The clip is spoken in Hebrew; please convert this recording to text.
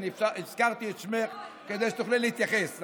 אני הזכרתי את שמך כדי שתוכלי להתייחס,